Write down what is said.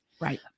Right